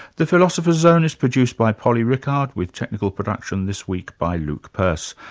the philosopher's zone is produced by polly richard with technical production this week by luke purse.